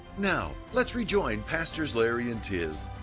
now, let's rejoin pastors larry and tiz.